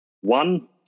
one